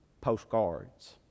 Postcards